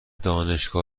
دانشگاه